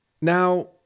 now